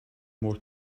more